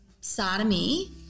sodomy